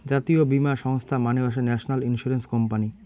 জাতীয় বীমা সংস্থা মানে হসে ন্যাশনাল ইন্সুরেন্স কোম্পানি